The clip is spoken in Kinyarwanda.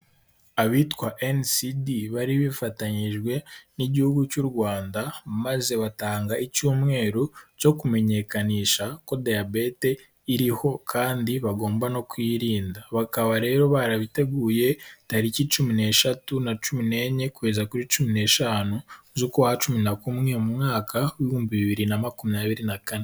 Abitwa NCD bari bifatanyije n'igihugu cy'u Rwanda maze batanga icyumweru cyo kumenyekanisha ko diyabete iriho kandi bagomba no kuyirinda bakaba rero barabiteguye tariki cumi n’eshatu na cumi n'enye kugeza kuri cumi n’eshanu z'ukwa cumi na kumwe mu mwaka w’ibihumbi bibiri na makumyabiri na kane.